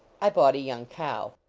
i bought a young cow.